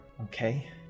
Okay